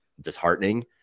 disheartening